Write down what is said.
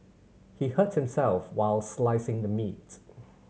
he hurt himself while slicing the meat